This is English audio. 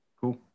Cool